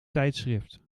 tijdschrift